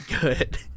good